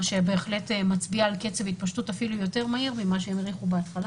מה שבהחלט מצביע על קצב התפשטות אפילו יותר מהיר ממה שהם העריכו בהתחלה.